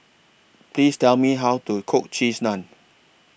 Please Tell Me How to Cook Cheese Naan